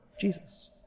Jesus